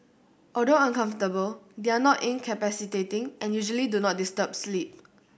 although uncomfortable they are not incapacitating and usually do not disturb sleep